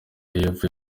y’epfo